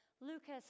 Lucas